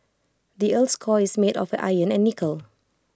the Earth's core is made of iron and nickel